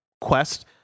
quest